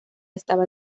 estaba